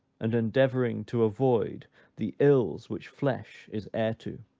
and endeavoring to avoid the ills which flesh is heir to.